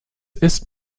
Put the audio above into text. ist